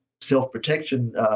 self-protection